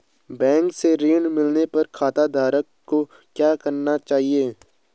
Bank से ऋण मिलने पर खाताधारक को क्या करना चाहिए?